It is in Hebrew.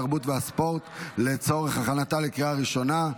התרבות והספורט לצורך הכנתה לקריאה ראשונה.